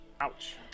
Ouch